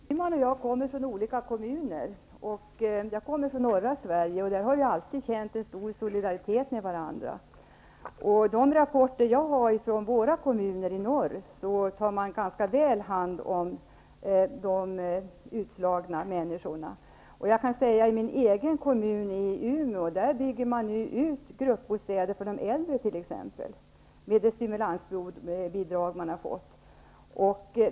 Fru talman! Gudrun Schyman och jag kommer från olika kommuner. För min del kommer jag från norra Sverige där vi alltid har känt stor solidaritet gentemot varandra. Enligt de rapporter som jag har fått från våra kommuner i norr tar man ganska väl hand om de utslagna människorna. I min hemkommun, Umeå, bygger man nu med det stimulansbidrag som man har fått t.ex. gruppbostäder för de äldre.